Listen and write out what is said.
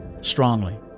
strongly